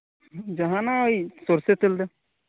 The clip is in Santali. ᱡᱟᱸᱦᱟᱱᱟᱜ ᱳᱭ ᱥᱚᱨᱥᱮᱛᱮᱞ ᱛᱮ